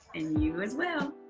and you as well.